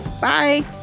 Bye